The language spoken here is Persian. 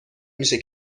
میشه